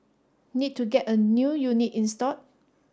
need to get a new unit installed